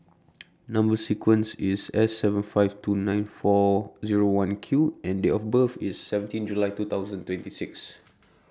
Number sequence IS S seven five two nine four Zero one Q and Date of birth IS seventeen July two thousand twenty six